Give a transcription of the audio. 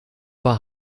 war